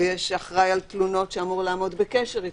ויש אחראי על תלונות שאמור לעמוד בקשר אתך.